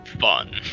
fun